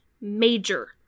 major